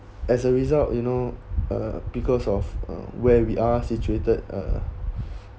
as a result you know uh because of uh where we are situated uh